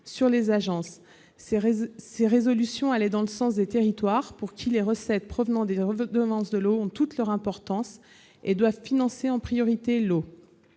sur les agences. Ces résolutions allaient dans le sens des territoires dont les recettes provenant des redevances de l'eau ont toute leur importance et doivent financer en priorité l'eau.